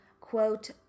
quote